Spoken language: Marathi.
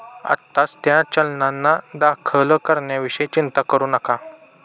आत्ताच त्या चलनांना दाखल करण्याविषयी चिंता करू नका